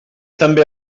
també